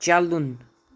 چلُن